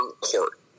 court